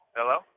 Hello